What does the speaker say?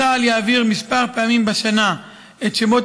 צה"ל יעביר כמה פעמים בשנה את שמות